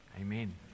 amen